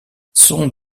son